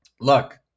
look